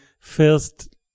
first